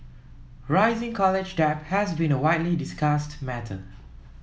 rising college debt has been a widely discussed matter